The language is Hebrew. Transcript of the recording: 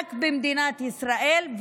רק במדינת ישראל לא.